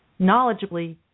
knowledgeably